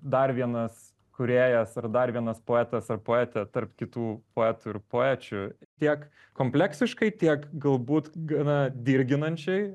dar vienas kūrėjas ar dar vienas poetas ar poetė tarp kitų poetų ir poečių tiek kompleksiškai tiek galbūt gana dirginančiai